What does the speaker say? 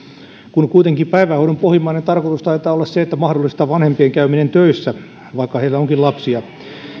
kun kuitenkin päivähoidon pohjimmainen tarkoitus taitaa olla se että mahdollistetaan vanhempien käyminen töissä vaikka heillä onkin lapsia